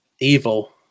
evil